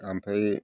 ओमफ्राय